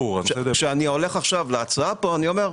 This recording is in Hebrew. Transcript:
כשאני הולך להצעה שפה, אני אומר: